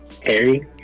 Harry